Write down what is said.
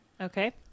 Okay